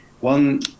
One